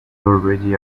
already